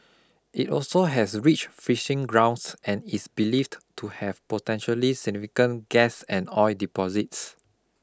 it also has rich fishing grounds and is believed to have potentially significant gas and oil deposits